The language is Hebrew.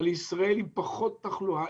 על ישראל עם פחות תחלואה,